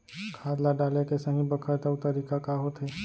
खाद ल डाले के सही बखत अऊ तरीका का होथे?